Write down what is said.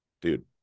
dude